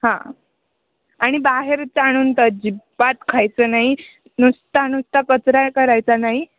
हां आणि बाहेरचं आणून तर अजिबात खायचं नाही नुसता नुसता कचरा करायचा नाही